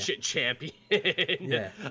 champion